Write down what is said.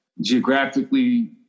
geographically